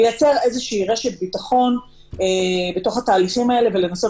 איזו רשת ביטחון בתוך התהליך הזה ולנסות